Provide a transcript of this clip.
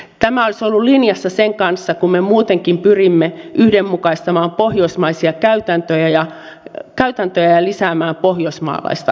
tämä olisi ollut linjassa sen kanssa kun me muutenkin pyrimme yhdenmukaistamaan pohjoismaisia käytäntöjä ja lisäämään pohjoismaalaista yhteistyötä